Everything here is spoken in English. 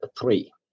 three